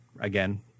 again